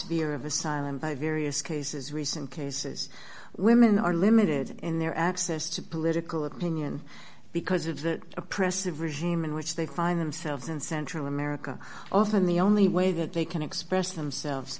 spear of asylum by various cases recent cases women are limited in their access to political opinion because of the oppressive regime in which they find themselves in central america often the only way that they can express themselves